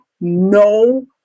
no